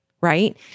right